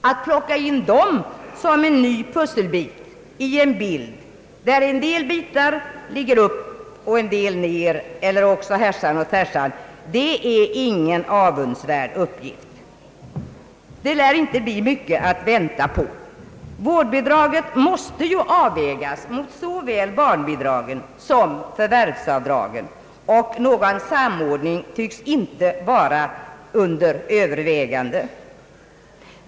Ait plocka in dessa bidrag som en ny pusselbit i en bild, där en del bitar ligger upp och en del ned eller också härsan och tvärsan är ingen avundsvärd uppgift. Det lär inte vara mycket att vänta på. Vårdbidraget måste avvägas mot såväl barnbidragen som förvärvsavdragen, och någon samordning tycks inte vara under övervägande.